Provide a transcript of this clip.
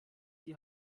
die